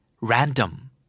Random